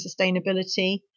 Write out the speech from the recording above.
sustainability